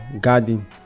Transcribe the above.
garden